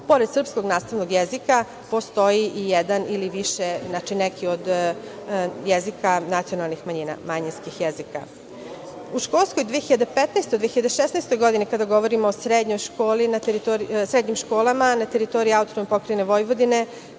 pored srpskog nastavnog jezika postoji i jedan ili više, znači neki do jezika nacionalnih manjina, manjinskih jezika. U školskoj 2015/16. godini, kada govorimo o srednjim školama na teritoriji AP Vojvodine,